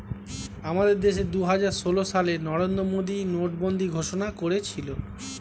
আমাদের দেশে দুহাজার ষোল সালে নরেন্দ্র মোদী নোটবন্দি ঘোষণা করেছিল